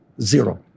Zero